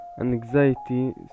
anxiety